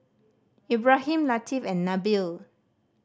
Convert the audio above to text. Ibrahim Latif and Nabil